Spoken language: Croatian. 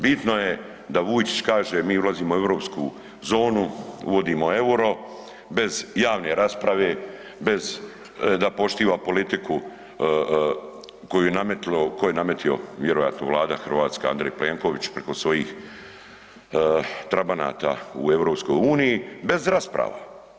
Bitno je da Vujčić kaže mi ulazimo u Europsku zonu, uvodimo euro bez javne rasprave, bez da poštiva politiku koju je nametnuo vjerojatno Vlada hrvatska Andrej Plenković preko svojih trabanata u EU, bez rasprava.